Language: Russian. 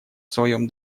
своем